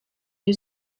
new